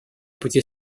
пути